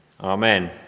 Amen